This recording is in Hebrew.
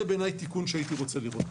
זה בעיני תיקון שהייתי רוצה לראות.